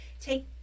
take